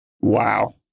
Wow